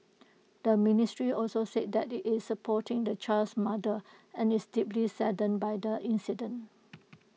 the ministry also said that IT is supporting the child's mother and is deeply saddened by the incident